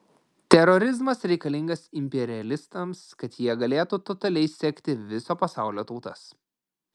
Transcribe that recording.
terorizmas reikalingas imperialistams kad jie galėtų totaliai sekti viso pasaulio tautas